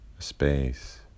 space